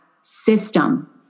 system